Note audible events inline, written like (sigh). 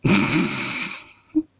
(laughs)